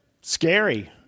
Scary